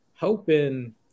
Helping